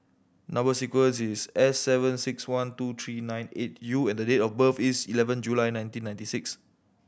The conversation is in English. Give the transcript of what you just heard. number sequence is S seven six one two three nine eight U and date of birth is eleven July nineteen ninety six